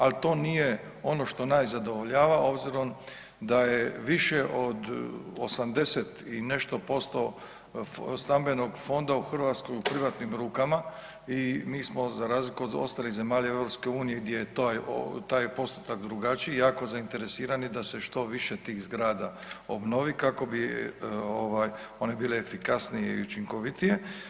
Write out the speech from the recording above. Ali to nije ono što nas zadovoljava s obzirom da je više od 80 i nešto posto stambenog fonda u Hrvatskoj u privatnim rukama i mi smo za razliku od ostalih zemalja Europske unije gdje je taj postotak drugačiji, jako zainteresirani da se što više tih zgrada obnovi kako bi one bile efikasnije i učinkovitije.